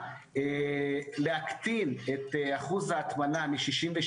בכל מקרה, אני רוצה להגיד שלא נבנה מדריך שהוא רק